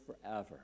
forever